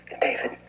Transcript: David